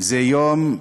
זה יום,